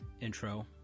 intro